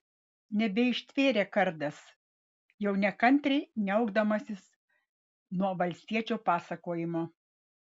nebeištvėrė kardas jau nekantriai niaukdamasis nuo valstiečio pasakojimo